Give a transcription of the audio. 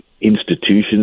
institutions